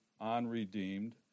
unredeemed